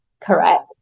correct